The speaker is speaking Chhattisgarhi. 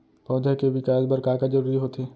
पौधे के विकास बर का का जरूरी होथे?